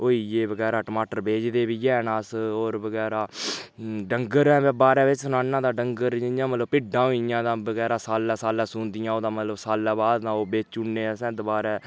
होई गे बगैरा टमाटर बेचदे बी हैन अस होर बगैरा डंगरे दे बारै बिच्च सनानां तां डंगर जि'यां मतलब भिड्ढां होई गेइयां तां बगैरा सालै सालै सून्दिया ओह्दा मतलब सालै बाद ओह् बेची ओड़ने अस दोबारै